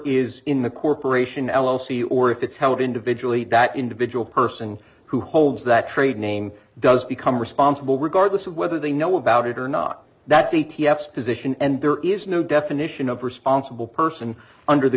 is in the corporation l l c or if it's how individual that individual person who holds that trade name does become responsible regardless of whether they know about it or not that's a t f position and there is no definition of responsible person under the